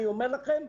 אני אומר לכם,